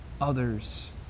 others